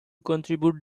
contribute